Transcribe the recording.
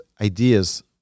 ideas